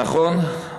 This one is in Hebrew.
נכון,